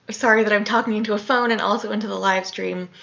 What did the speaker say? sorry that i'm talking into a phone and also into the live stream.